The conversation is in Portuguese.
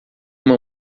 uma